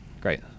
great